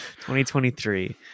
2023